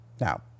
Now